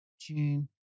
June